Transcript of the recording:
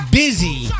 busy